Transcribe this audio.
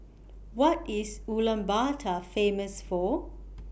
What IS Ulaanbaatar Famous For